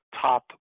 top